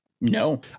No